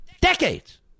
decades